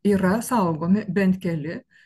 yra saugomi bent keli